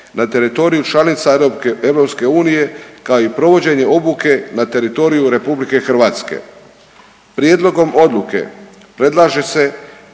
na teritoriju članica EU kao i provođenje obuke na teritoriju RH. Prijedlogom odluke predlaže se